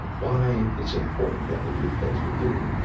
why it's important that we do the things we do,